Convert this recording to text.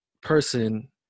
person